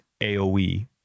AoE